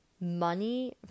money